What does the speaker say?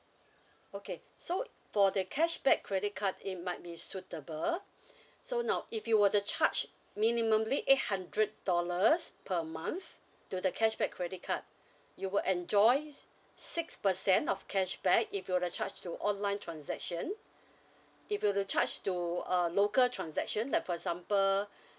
okay so for the cashback credit card it might be suitable so now if you were to charge minimally eight hundred dollars per month to the cashback credit card you will enjoy six percent of cashback if you were to charge to online transaction if you were to charge to uh local transaction like for example